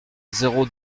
zéro